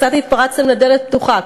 קצת התפרצתם לדלת פתוחה.